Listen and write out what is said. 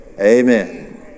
Amen